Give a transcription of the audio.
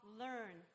learn